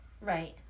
right